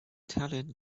italian